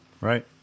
Right